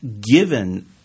given –